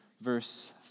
verse